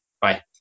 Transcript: Bye